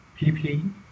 PP